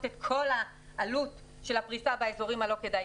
בשנה את כל העלות של הפריסה באזורים הלא כדאיים.